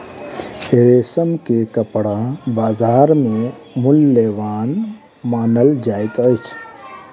रेशम के कपड़ा बजार में मूल्यवान मानल जाइत अछि